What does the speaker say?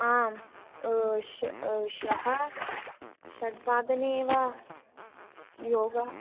आम् श्वः षड्वादने एव योगा